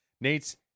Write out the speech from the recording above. Nate's